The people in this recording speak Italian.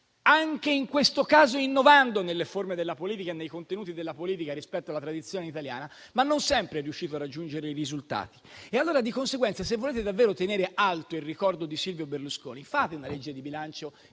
anche in questo caso innovando nelle forme e nei contenuti della politica rispetto alla tradizione italiana, ma non sempre è riuscito a raggiungere i risultati. Di conseguenza, se volete davvero tenere alto il ricordo di Silvio Berlusconi, fate una legge di bilancio